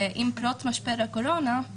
עם פרוץ משבר הקורונה,